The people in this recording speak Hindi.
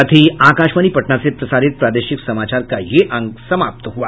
इसके साथ ही आकाशवाणी पटना से प्रसारित प्रादेशिक समाचार का ये अंक समाप्त हुआ